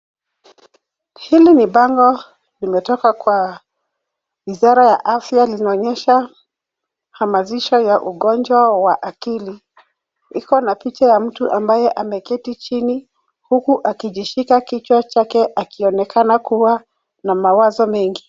Hili ni bango limetoka kwa wizara ya afya linaonesha hamazisho ya ugonjwa wa akili. Liko na picha ya mtu ambaye ameketi chini huku akijishika kichwa chake akionekana kuwa na mawazo mengi.